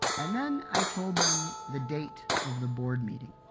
and then i told them the date of the board meeting,